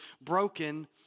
broken